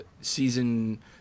season